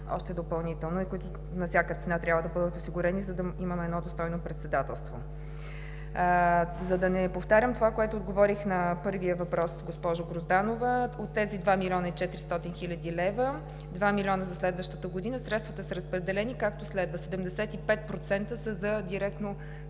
още допълнително, и които на всяка цена трябва да бъдат осигурени, за да имаме едно достойно председателство. За да не повтарям това, което отговорих на първия въпрос, госпожо Грозданова, от тези 2 млн. 400 хил. лв., 2 млн. за следващата година, средствата са разпределени, както следва: 75% са за директно